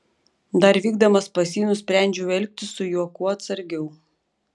dar vykdamas pas jį nusprendžiau elgtis su juo kuo atsargiau